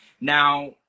Now